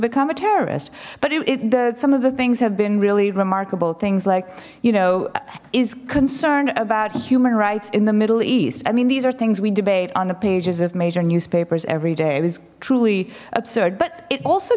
become a terrorist but it that some of the things have been really remarkable things like you know is concerned about human rights in the middle east i mean these are things we debate on the pages of major newspapers every day it is truly absurd but it also